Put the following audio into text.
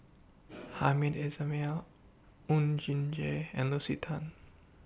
Hamed Ismail Oon Jin Gee and Lucy Tan